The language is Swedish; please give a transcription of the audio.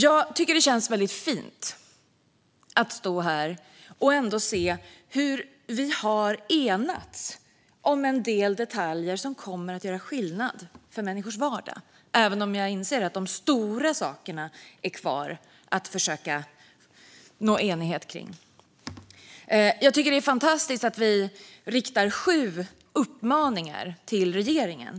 Jag tycker att det känns fint att stå här och ändå se hur vi har enats om en del detaljer som kommer att göra skillnad för människors vardag, även om jag inser att de stora sakerna är kvar att försöka nå enighet om. Det är fantastiskt av utskottet att föreslå att sju uppmaningar ska riktas till regeringen.